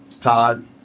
Todd